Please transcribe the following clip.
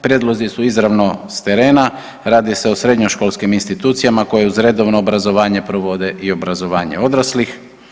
Prijedlozi su izravno s terena, radi se o srednjoškolskim institucijama koje uz redovno obrazovanje provode i obrazovanje odraslih.